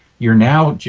you're now.